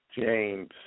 James